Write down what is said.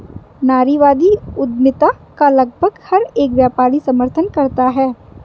नारीवादी उद्यमिता का लगभग हर एक व्यापारी समर्थन करता है